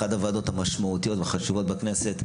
אחת הוועדות המשמעותיות והחשובות בכנסת.